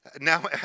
now